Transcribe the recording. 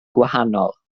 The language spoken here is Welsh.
gwahanol